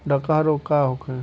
डकहा रोग का होखे?